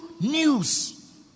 news